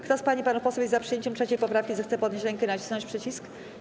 Kto z pań i panów posłów jest za przyjęciem 3. poprawki, zechce podnieść rękę i nacisnąć przycisk.